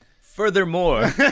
Furthermore